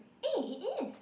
eh it is